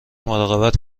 مراقبت